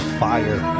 fire